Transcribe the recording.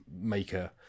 maker